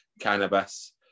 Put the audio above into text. cannabis